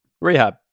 Rehab